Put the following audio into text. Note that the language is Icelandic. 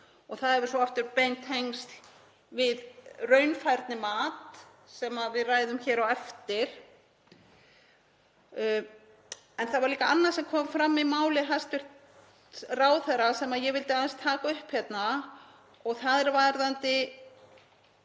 Það hefur svo aftur bein tengsl við raunfærnimat sem við ræðum hér á eftir. En það var líka annað sem kom fram í máli hæstv. ráðherra sem ég vildi aðeins taka upp. Það er varðandi